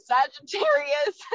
Sagittarius